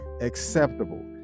acceptable